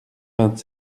vingt